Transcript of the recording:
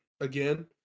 again